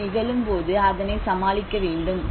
அது நிகழும்போது அதனை சமாளிக்க வேண்டும்